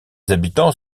habitants